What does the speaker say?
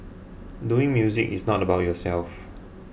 doing music is not about yourself